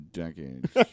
decades